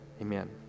amen